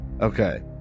Okay